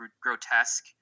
grotesque